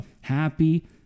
happy